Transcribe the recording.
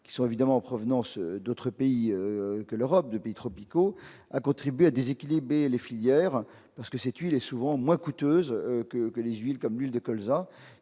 qui sont évidemment en provenance d'autres pays que l'Europe du pays tropicaux a contribué à déséquilibrer les filières parce que c'est lui et souvent moins coûteuses que que les huiles comme l'huile de colza